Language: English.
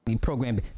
program